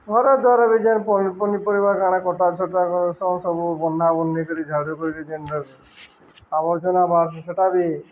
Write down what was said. ଘରେ ଦ୍ୱାରେ ବି ଯେନ୍ ପନିପରିବା କାଣା କଟାଛଟା କର୍ସନ୍ ସବୁ ବଣ୍ଡା ବୁନ୍ଡ଼ି କରି ଝାଡ଼ୁ କରି କରି ଜେନ୍ଟା ଆବର୍ଜନା ବାହାର୍ସି ସେଟା ବି